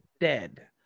dead